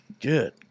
Good